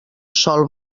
sol